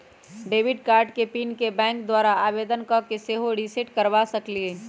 debit card के PIN के bank द्वारा आवेदन कऽ के सेहो रिसेट करबा सकइले